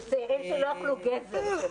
זה צעירים שלא אכלו גזר.